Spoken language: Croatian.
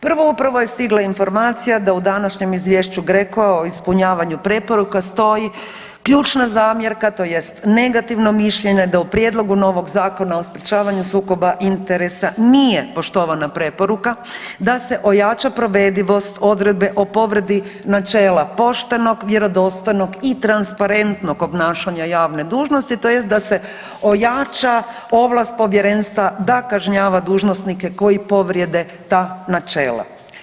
Prvo, upravo je stigla informacija da u današnjem izvješću GRECO-a o ispunjavanju preporuka stoji ključna zamjerka tj. negativno mišljenje da u Prijedlogu novog Zakona o sprječavanju sukoba interesa nije poštovana preporuka da se ojača provedivost odredbe o povredi načela poštenog, vjerodostojnog i transparentnog obnašanja javne dužnosti tj. da se ojača ovlast Povjerenstva da kažnjava dužnosnike koji povrijede ta načela.